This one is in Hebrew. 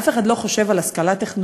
אף אחד לא חושב על השכלה טכנולוגית.